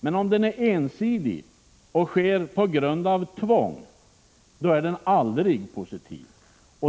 Men om den är ensidig och sker på grund av tvång är den aldrig positiv.